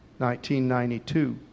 1992